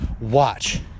watch